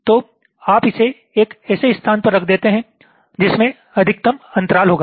तो आप इसे एक ऐसे स्थान पर रख देते हैं जिसमें अधिकतम अंतराल होगा